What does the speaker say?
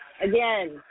Again